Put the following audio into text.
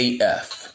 AF